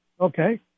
okay